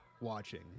watching